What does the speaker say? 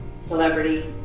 celebrity